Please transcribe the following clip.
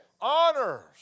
Honors